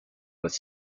was